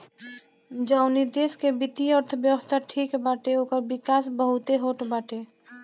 जवनी देस के वित्तीय अर्थव्यवस्था ठीक बाटे ओकर विकास बहुते होत बाटे